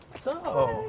so,